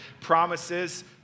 promises